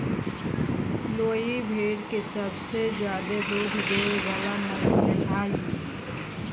लोही भेड़ के सबसे ज्यादे दूध देय वला नस्ल हइ